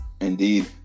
Indeed